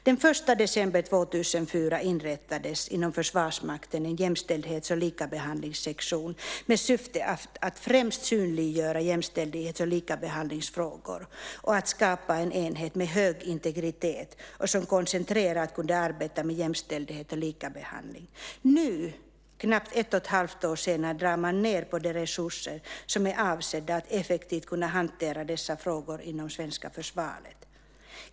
Den 1 december 2004 inrättades inom Försvarsmakten en jämställdhets och likabehandlingssektion med syfte att främst synliggöra jämställdhets och likabehandlingsfrågor och att skapa en enhet med hög integritet som koncentrerat kunde arbeta med jämställdhet och likabehandling. Nu drar man ned på dessa resurser, som är avsedda att effektivt kunna hantera dessa frågor inom det svenska försvaret.